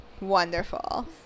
wonderful